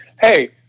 hey